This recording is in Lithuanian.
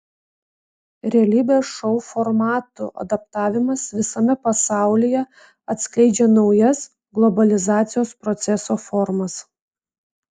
realybės šou formatų adaptavimas visame pasaulyje atskleidžia naujas globalizacijos proceso formas